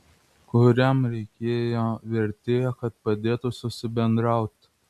kuriam reikėjo vertėjo kad padėtų susibendraut